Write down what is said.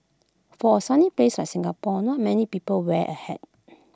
for A sunny place like Singapore not many people wear A hat